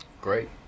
Great